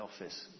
office